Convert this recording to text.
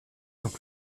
donc